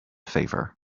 favour